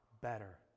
better